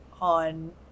on